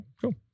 Cool